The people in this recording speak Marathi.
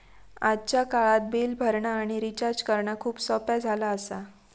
आजच्या काळात बिल भरणा आणि रिचार्ज करणा खूप सोप्प्या झाला आसा